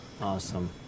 Awesome